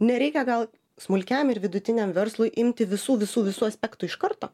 nereikia gal smulkiam ir vidutiniam verslui imti visų visų visų aspektų iš karto